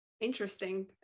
interesting